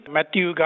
Matthew